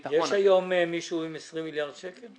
ה -- יש היום מישהו עם 20 מיליארד שקל?